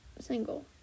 Single